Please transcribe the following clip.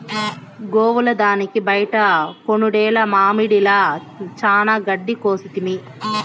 గోవుల దానికి బైట కొనుడేల మామడిల చానా గెడ్డి కోసితిమి